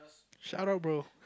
shout out bro